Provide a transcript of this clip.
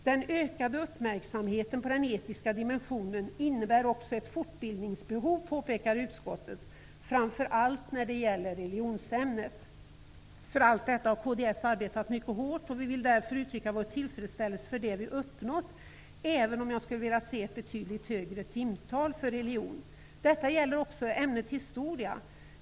Den ökade uppmärksamheten på den etiska dimensionen innebär också ett fortbildningsbehov, påpekar utskottet, framför allt när det gäller religionsämnet. För allt detta har kds arbetat mycket hårt, och vi vill därför uttrycka vår tillfredsställelse för det som vi har uppnått, även om jag hade velat se ett betydligt högre timtal för religionsämnet. Detta gäller även ämnet histora.